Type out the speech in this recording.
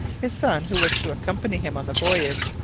his son, who was to accompany him on the voyage,